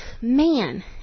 man